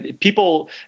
People